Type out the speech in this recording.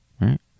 right